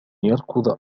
يركض